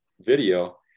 video